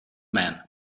man